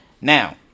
Now